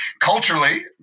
culturally